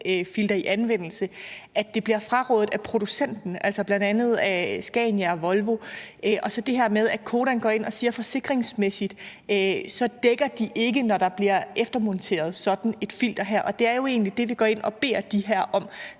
i anvendelse, nemlig at det bliver frarådet af producenterne, bl.a. af Scania og Volvo, og så det her med, at Codan går ind og siger, at forsikringsmæssigt dækker de ikke, når der bliver eftermonteret sådan et filter. Og det er jo egentlig det, vi går ind og beder de her om,